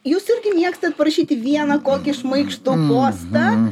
jūs irgi mėgstat parašyti vieną kokį šmaikštų postą